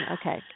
Okay